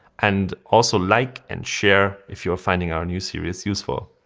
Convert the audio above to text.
and also like and share if you're finding our new series useful.